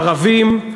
ערבים,